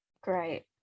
great